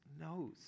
knows